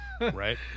Right